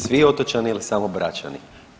Svi otočani ili samo Bračani?